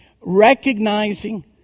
Recognizing